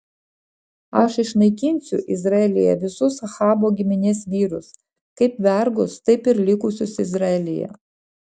aš išnaikinsiu izraelyje visus ahabo giminės vyrus kaip vergus taip ir likusius izraelyje